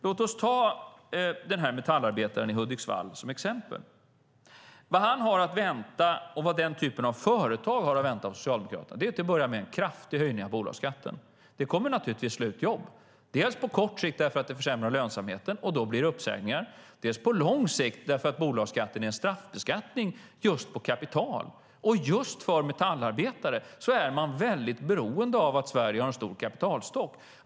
Låt oss ta metallarbetaren i Hudiksvall som exempel. Det han har att vänta och det den typen av företag som han jobbar i har att vänta av Socialdemokraterna är till att börja med en kraftig höjning av bolagsskatten. Det kommer naturligtvis att slå ut jobb dels på kort sikt eftersom det försämrar lönsamheten, och då blir det uppsägningar, dels på lång sikt eftersom bolagsskatten är en straffbeskattning på kapital. Just metallarbetare är starkt beroende av att Sverige har en stor kapitalstock.